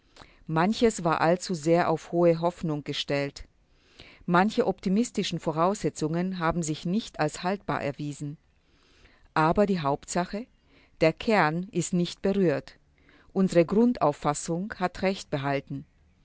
manches war allzu sehr auf frohe hoffnung gestellt manche optimistischen voraussetzungen haben sich nicht als haltbar erwiesen aber die hauptsache der kern ist nicht berührt unsere grundauffassung hat recht behalten